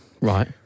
right